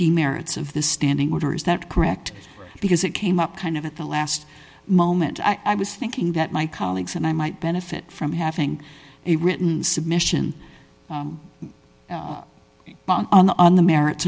demerits of the standing order is that correct because it came up kind of at the last moment i was thinking that my colleagues and i might benefit from having a written submission on the merits